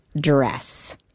dress